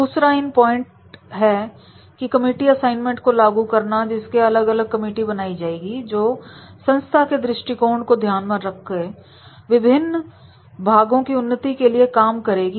दूसरा एन पॉइंट है कि कमिटी असाइनमेंट को लागू करना पड़ेगा जिसके लिए अलग अलग कमिटी बनाई जाएगी जो संस्था के दृष्टिकोण को ध्यान में रखकर विभिन्न भागों की उन्नति के लिए काम करेगी